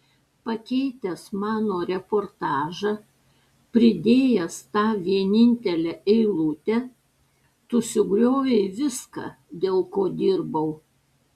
pakeitęs mano reportažą pridėjęs tą vienintelę eilutę tu sugriovei viską dėl ko dirbau